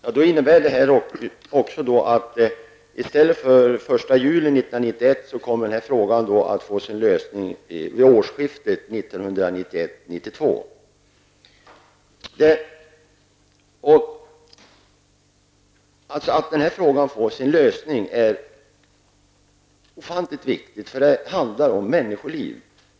Herr talman! Då innebär det att i stället för den 1 juli 1991 kommer frågan att få sin lösning vid årsskiftet 1991/92. Att frågan löses är ofantligt viktigt, för det handlar om människoliv.